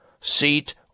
seat